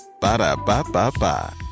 Ba-da-ba-ba-ba